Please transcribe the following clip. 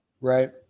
Right